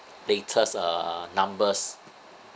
latest uh numbers